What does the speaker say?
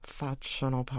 facciano